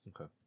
Okay